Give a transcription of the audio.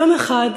יום אחד,